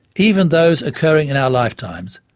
even those occurring in our lifetimes,